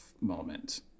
moment